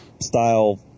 style